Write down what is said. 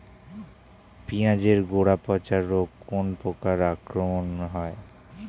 পিঁয়াজ এর গড়া পচা রোগ কোন পোকার আক্রমনে হয়?